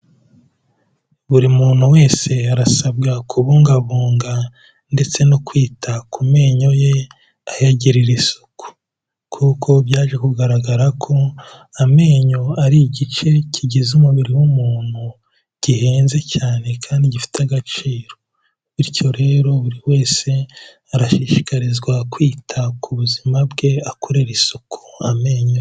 Buri muntu wese arasabwa kubungabunga ndetse no kwita ku menyo ye, ayagirira isuku. Kuko byaje kugaragara ko amenyo ari igice kigize umubiri w'umuntu, gihenze cyane kandi gifite agaciro. Bityo rero, buri wese arashishikarizwa kwita ku buzima bwe, akorera isuku amenyo ye.